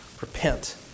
Repent